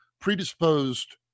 predisposed